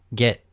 get